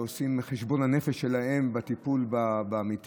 ועושים את חשבון הנפש שלהם בטיפול במתים,